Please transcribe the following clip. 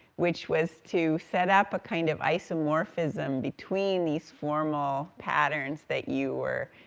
which was to set up a kind of isomorphism between these formal patterns that you were